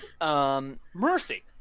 Mercy